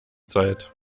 zeit